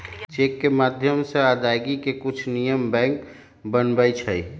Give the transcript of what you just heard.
cheque के माध्यम से अदायगी के कुछ नियम बैंक बनबई छई